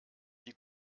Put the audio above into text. die